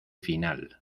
final